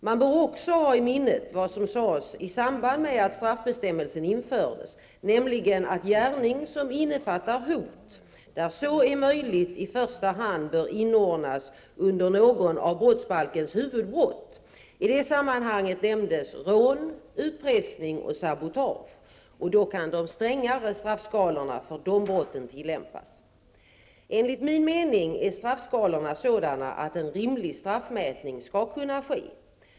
Man bör också ha i minnet vad som sades i samband med att straffbestämmelsen infördes, nämligen att gärning som innefattar hot där så är möjligt i första hand bör inordnas under något av brottsbalkens huvudbrott. I det sammanhanget nämndes rån, utpressning och sabotage, och då kan de strängare straffskalorna för de brotten tillämpas.. Enligt min mening är straffskalorna sådana att en rimlig straffmätning skall kunna ske.